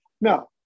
No